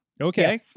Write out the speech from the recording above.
Okay